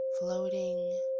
Floating